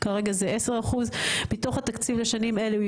כרגע זה 10%. מתוך התקציב לשנים אלו,